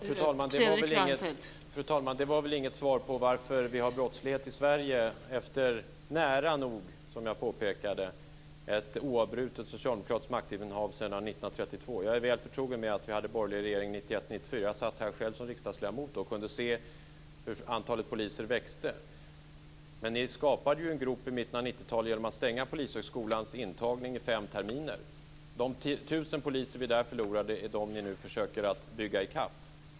Fru talman! Det var väl inget svar på frågan varför vi har en brottslighet i Sverige efter nära nog - som jag påpekade - ett oavbrutet socialdemokratiskt maktinnehav sedan 1932. Jag är väl förtrogen med att vi hade en borgerlig regering 1991-1994. Jag var då själv riksdagsledamot och kunde se hur antalet poliser ökade. Men ni skapade en grop i mitten av 90-talet genom att stänga Polishögskolans intagning i fem terminer. De tusen poliser som vi då förlorade är det som man nu försöker att bygga i kapp.